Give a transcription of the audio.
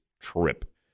trip